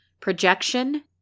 projection